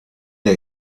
der